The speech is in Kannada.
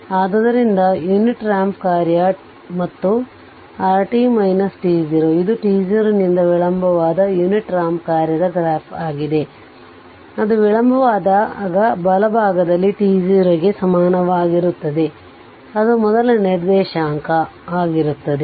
ಆದ್ದರಿಂದ ಯುನಿಟ್ ರಾಂಪ್ ಕಾರ್ಯ ಮತ್ತು rt t0 ಇದು t0 ನಿಂದ ವಿಳಂಬವಾದ ಯುನಿಟ್ ರಾಂಪ್ ಕಾರ್ಯದ ಗ್ರಾಫ್ ಆಗಿದೆ ಅದು ವಿಳಂಬವಾದಾಗ ಬಲಭಾಗದಲ್ಲಿ t0 ಗೆ ಸಮನಾಗಿರುತ್ತದೆ ಅದು ಮೊದಲ ನಿರ್ದೇಶಾಂಕ ಆಗಿರುತ್ತದೆ